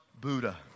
Buddha